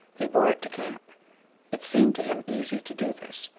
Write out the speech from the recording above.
he bore it to camp it seemed to him easy to do this.